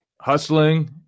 hustling